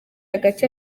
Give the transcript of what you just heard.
hagati